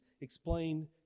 explain